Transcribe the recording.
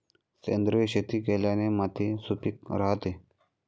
सेंद्रिय शेती केल्याने माती सुपीक राहते